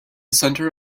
centre